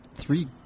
three